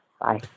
Bye